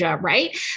right